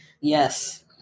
yes